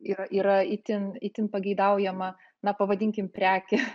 yra yra itin itin pageidaujama na pavadinkim prekė